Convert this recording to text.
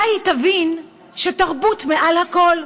אולי היא תבין שתרבות מעל הכול.